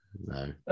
no